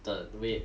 等 wait